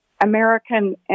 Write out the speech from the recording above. American